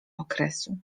okresu